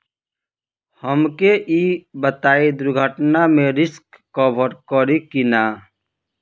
हमके ई बताईं दुर्घटना में रिस्क कभर करी कि ना?